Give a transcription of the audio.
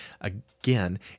Again